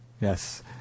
Yes